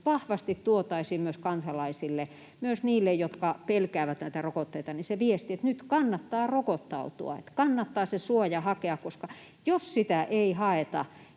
vahvasti tuotaisiin kansalaisille — myös niille, jotka pelkäävät näitä rokotteita — se viesti, että nyt kannattaa rokottautua, että kannattaa se suoja hakea, koska jos niitä ei haeta,